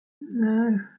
no